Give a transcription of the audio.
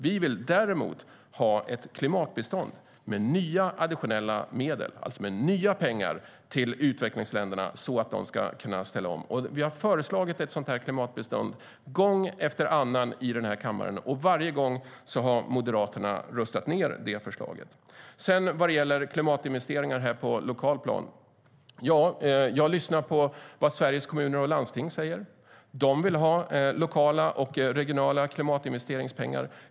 Vi vill däremot ha ett klimatbistånd med additionella medel, alltså med nya pengar, till utvecklingsländerna så att de kan ställa om. Vi har föreslagit ett sådant klimatbistånd gång efter annan i kammaren, och varje gång har Moderaterna röstat ned förslaget. När det gäller klimatinvesteringar på lokalt plan lyssnar jag på vad Sveriges Kommuner och Landsting säger. De vill ha lokala och regionala klimatinvesteringspengar.